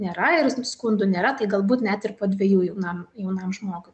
nėra ir skundų nėra tai galbūt net ir po dviejų jaunam jaunam žmogui